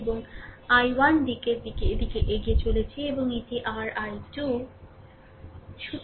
এবং i1 দিকের দিকে এগিয়ে চলেছে এবং এটি r i2